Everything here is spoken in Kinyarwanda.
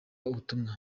ubutumwa